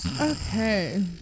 Okay